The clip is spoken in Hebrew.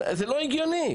זה לא הגיוני.